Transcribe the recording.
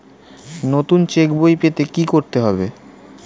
নতুন চেক বই পেতে কী করতে হবে?